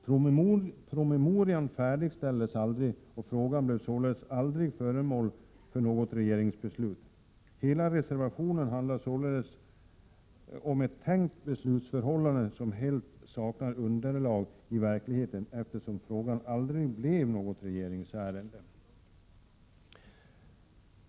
Promemorian färdigställdes aldrig, och frågan blev således aldrig föremål för något regeringsbeslut. Hela reservationen behandlar således om ett tänkt beslutsförhållande, som helt saknar underlag i verkligheten, eftersom frågan aldrig blev något regeringsärende.